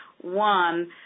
One